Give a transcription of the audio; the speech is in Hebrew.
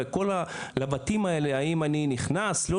וכל הלבטים האלה של האם אני נכנס או לא